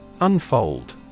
Unfold